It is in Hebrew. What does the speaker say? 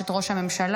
אשת ראש הממשלה,